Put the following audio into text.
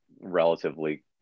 relatively